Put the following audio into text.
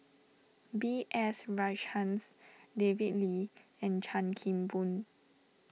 B S Rajhans David Lee and Chan Kim Boon